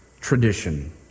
tradition